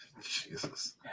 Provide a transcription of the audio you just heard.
Jesus